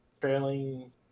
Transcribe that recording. trailing